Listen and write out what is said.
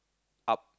up